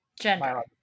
gender